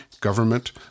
government